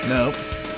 Nope